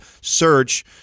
search